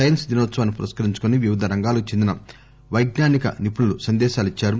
science దినోత్సవాన్ని పురస్కరించుకుని వివిధ రంగాలకు చెందిన వైజ్ఞానిక నిపుణులు సందేశాలు ఇచ్చారు